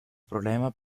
problema